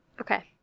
Okay